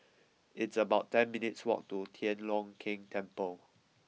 it's about ten minutes' walk to Tian Leong Keng Temple